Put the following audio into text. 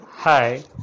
Hi